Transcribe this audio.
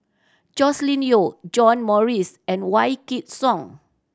Joscelin Yeo John Morrice and Wykidd Song